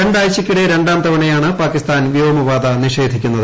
രണ്ടാഴ്ചയ്ക്കിടെ രണ്ടാം തവണയാണ് പാകിസ്ഥാൻ വ്യോമപാത നിഷേധിക്കുന്നത്